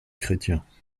chrétiens